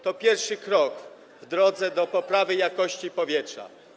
To pierwszy krok w drodze do poprawy jakości powietrza.